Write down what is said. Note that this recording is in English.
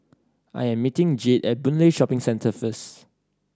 I'm meeting Jade at Boon Lay Shopping Centre first